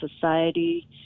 society